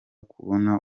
kubona